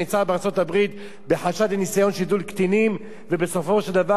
שידול קטינים ובסופו של דבר הוא התאבד רק לפני כמה ימים.